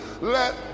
let